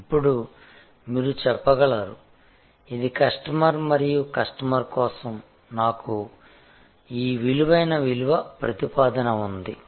ఇప్పుడు మీరు చెప్పగలరు ఇది కస్టమర్ మరియు ఈ కస్టమర్ కోసం నాకు ఈ విలువైన విలువ ప్రతిపాదన ఉంది